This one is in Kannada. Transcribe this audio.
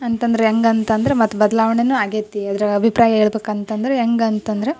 ಅಂತಂದರೆ ಹೆಂಗ್ ಅಂತಂದರೆ ಮತ್ತೆ ಬದಲಾವಣೆನು ಆಗೈತೆ ಅದ್ರ ಅಭಿಪ್ರಾಯ ಹೇಳ್ಬಕ್ ಅಂತಂದ್ರೆ ಹೆಂಗ್ ಅಂತಂದ್ರೆ